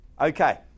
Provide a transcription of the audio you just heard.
Okay